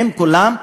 עם כולם,